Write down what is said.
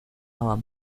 our